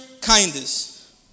kindness